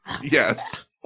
yes